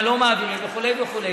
מה לא מעבירים וכו' וכו',